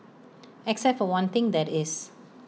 except for one thing that is